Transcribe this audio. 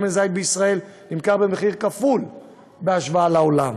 שמן זית בישראל נמכר במחיר כפול בהשוואה לעולם.